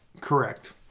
Correct